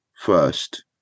first